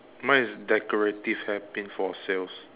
mine is decorative hair pin for sales